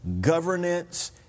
governance